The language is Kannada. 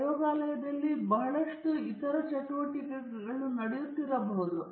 ದೃಷ್ಟಿಗೋಚರವಾಗಿ ಏನನ್ನಾದರೂ ವ್ಯಕ್ತಪಡಿಸುವ ಛಾಯಾಚಿತ್ರವು ಒಂದು ಛಾಯಾಗ್ರಹಣವನ್ನು ಹೊಂದಿದೆ ನಿಮಗೆ ಗೊತ್ತಾ ನಿಜವಾಗಿಯೂ ವಸ್ತು ಯಾವುದು